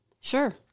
sure